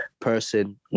person